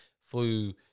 flu